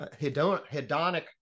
hedonic